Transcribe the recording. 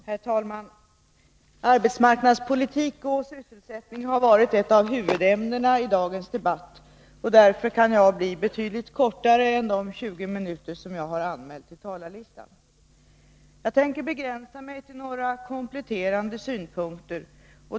Herr talman! Arbetsmarknadspolitik och sysselsättning har varit ett av huvudämnena i dagens debatt. Därför kan jag fatta mig kortare än de tjugo minuter jag anmält på talarlistan. Jag tänker begränsa mig till några kompletterande synpunkter.